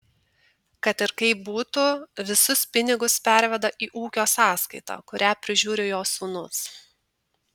kad ir kaip būtų visus pinigus perveda į ūkio sąskaitą kurią prižiūri jo sūnus